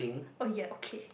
oh ya okay